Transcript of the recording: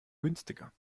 günstiger